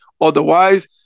Otherwise